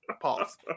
Pause